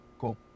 Cool